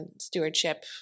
stewardship